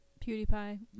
pewdiepie